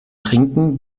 trinken